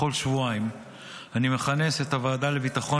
בכל שבועיים אני מכנס את הוועדה לביטחון